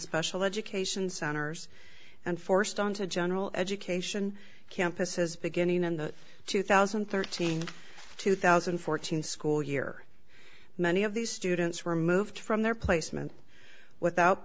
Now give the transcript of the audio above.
special education centers and forced on to general education campuses beginning in the two thousand and thirteen two thousand and fourteen school year many of these students were moved from their placement without